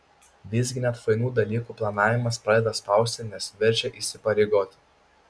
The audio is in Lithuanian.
visgi net fainų dalykų planavimas pradeda spausti nes verčia įsipareigoti